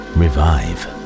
revive